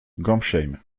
gambsheim